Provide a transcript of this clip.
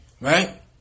Right